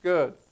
Good